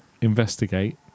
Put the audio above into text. investigate